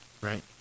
Right